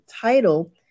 title